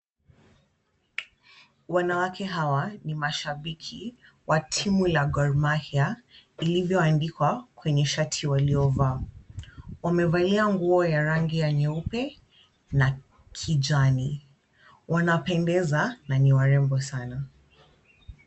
Wanawake hawa ni mashabiki wa timu ya Gor Mahia, ilivyoandikwa kwenye shati waliovaa? Wamevalia nguo ya rangi ya nyeupe na kijani. Wanapendeza na ni warembo sana.